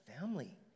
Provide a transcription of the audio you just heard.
family